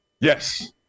Yes